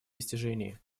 достижении